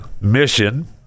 mission